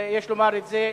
יש לומר את זה,